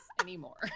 anymore